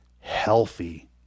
healthy